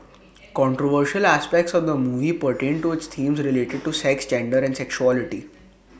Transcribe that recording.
controversial aspects of the movie pertained to its themes related to sex gender and sexuality